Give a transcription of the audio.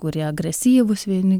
kurie agresyvūs vieni